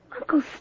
Uncle